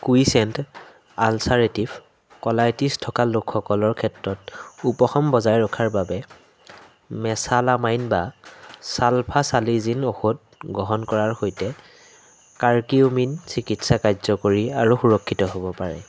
quiescent ulcerative colitis থকা লোকসকলৰ ক্ষেত্ৰত উপশম বজাই ৰখাৰ বাবে মেছালামাইন বা ছালফাছালাজিন ঔষধ গ্ৰহণ কৰাৰ সৈতে কাৰ্কিউমিন চিকিৎসা কাৰ্যকৰী আৰু সুৰক্ষিত হ'ব পাৰে